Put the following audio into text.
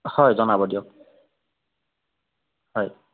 হয় জনাব দিয়ক হয়